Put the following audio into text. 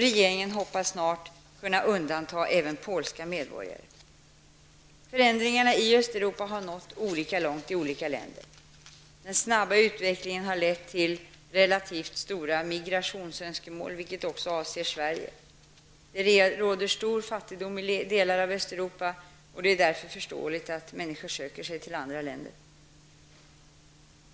Regeringen hoppas snart kunna undanta även polska medborgare. Förändringarna i Östeuropa har nått olika långt i olika länder. Den snabba utvecklingen har lett till relativt stora migrationsönskemål, vilket också avser Sverige. Det råder stor fattigdom i delar av Östeuropa, och det är därför förståeligt att människor söker sig till andra länder.